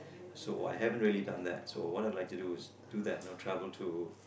so I really haven't really done that so what I to do is do that you know travel to